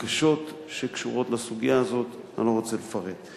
וקשות שקשורות לסוגיה הזאת, אני לא רוצה לפרט.